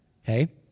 Hey